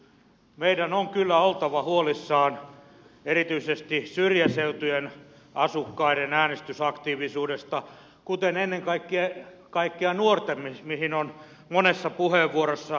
meidän on kyllä oltava huolissamme erityisesti syrjäseutujen asukkaiden äänestysaktiivisuudesta kuten ennen kaikkea nuorten mihin on monessa puheenvuorossa viitattu